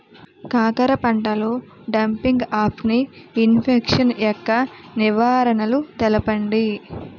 కాకర పంటలో డంపింగ్ఆఫ్ని ఇన్ఫెక్షన్ యెక్క నివారణలు తెలపండి?